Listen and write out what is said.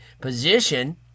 position